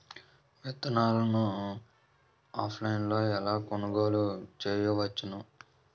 విత్తనాలను ఆన్లైన్లో ఎలా కొనుగోలు చేయవచ్చున?